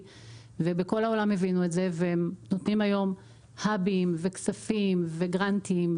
בכל העולם הבינו את זה והם נותנים היו האבים וכספים וגראנטים,